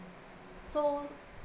so